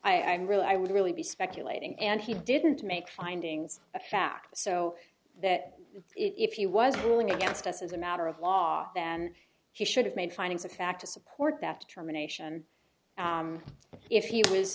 really i would really be speculating and he didn't make findings of fact so that if he was ruling against us as a matter of law than he should have made findings of fact to support that terminations and if he was